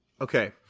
okay